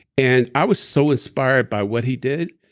and i was so inspired by what he did.